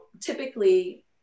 typically